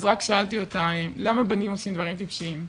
אז רק שאלתי אותה למה בנים עושים דברים טיפשיים.